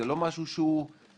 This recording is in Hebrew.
זה לא משהו מופרך.